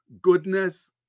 goodness